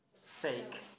sake